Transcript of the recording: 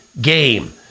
game